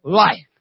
life